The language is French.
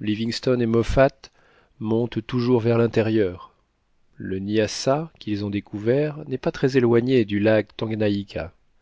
livingstone et moffat montent toujours vers l'intérieur le nyassa qu'ils ont découvert n'est pas très éloigné du lac tanganayka